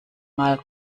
mal